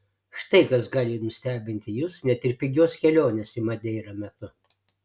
štai kas gali nustebinti jus net ir pigios kelionės į madeirą metu